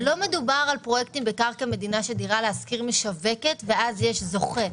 לא מדובר על פרויקטים בקרקע מדינה שדירה להשכיר משווקת ואז יש זוכה.